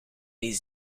die